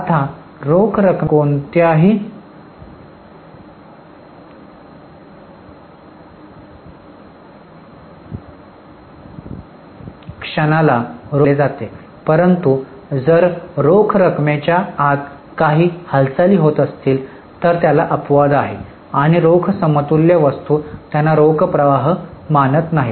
आता रोख रकमेच्या कोणत्याही क्षणाला रोख प्रवाह मानले जाते परंतु जर रोख रकमेच्या आत काही हालचाली होत असतील तर त्याला अपवाद आहे आणि रोख समतुल्य वस्तू त्यांना रोख प्रवाह मानत नाहीत